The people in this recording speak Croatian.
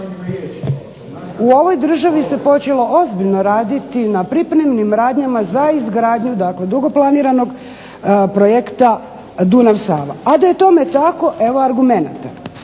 U ovoj državi se počelo ozbiljno raditi na pripremnim radnjama za izgradnju dakle dugo planiranog projekta Dunav-Sava. A da je tome tako evo argumenata.